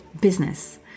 business